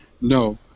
no